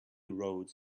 roads